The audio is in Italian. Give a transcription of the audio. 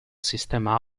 sistema